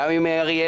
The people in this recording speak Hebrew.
גם עם אריאלה,